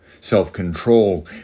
Self-control